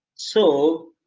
so